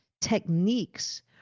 techniques